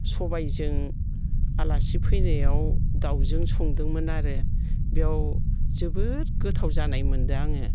सबायजों आलासि फैनायाव दाउजों संदोंमोन आरो बेयाव जोबोद गोथाव जानाय मोन्दों आङो